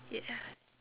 ya